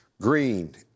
green